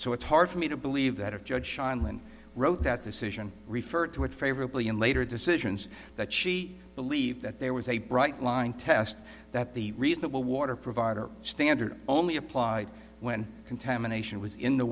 so it's hard for me to believe that a judge sheindlin wrote that decision referred to it favorably in later decisions that she believed that there was a bright line test that the reasonable water provider standard only applied when contamination was in the